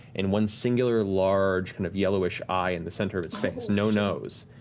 and one singular large kind of yellowish eye in the center of its face, no nose,